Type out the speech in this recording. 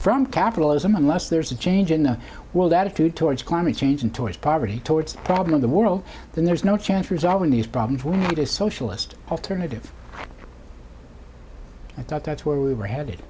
from capitalism unless there's a change in the world attitude towards climate change and towards poverty towards problem the world then there's no chance for resolving these problems when it is socialist alternative i thought that's where we were headed